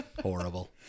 Horrible